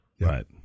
Right